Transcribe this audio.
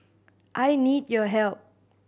I need your help